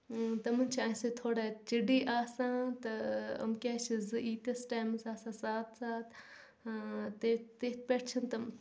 تِمَن چھِ اَسہِ سۭتۍ تھوڑا چِڈٕے آسان تہٕ یِم کیٛازِ چھِ زٕ ییٖتِس ٹایمَس آسان ساتھ ساتھ تٔتھۍ تٔتھۍ پٮ۪ٹھ چھِنہٕ تِم